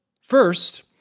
First